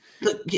Look